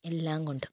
എല്ലാംകൊണ്ടും